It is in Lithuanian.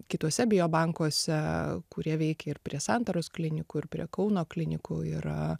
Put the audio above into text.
kituose biobankuose kurie veikia ir prie santaros klinikų ir prie kauno klinikų ir